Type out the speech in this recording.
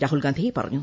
രാഹുൽഗാന്ധി പറഞ്ഞു